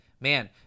Man